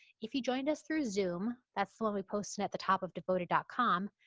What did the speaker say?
if you joined us through zoom, that's the one we posted at the top of devoted ah com,